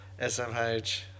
SMH